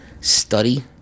study